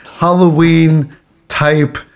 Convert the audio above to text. Halloween-type